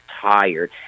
tired